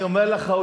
אני אומר לך,